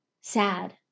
sad